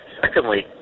Secondly